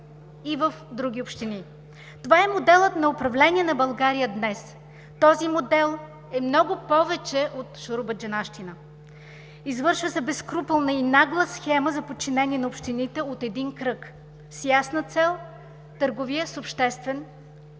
и в други общини. Това е моделът на управление на България днес. Този модел е много повече от шуробаджанащина. Извършва се безскрупулна и нагла схема за подчинение на общините от един кръг с ясна цел – търговия с обществен,